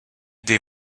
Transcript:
des